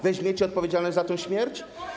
Weźmiecie odpowiedzialność za tę śmierć?